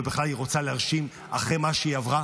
ובכלל היא רוצה להרשים אחרי מה שהיא עברה?